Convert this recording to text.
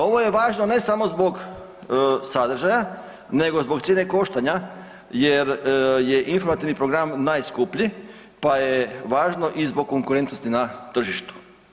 Ovo je važno ne samo zbog sadržaja, nego zbog cijene koštanja jer je informativni program najskuplji, pa je važno i zbog konkurentnosti na tržištu.